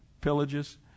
pillages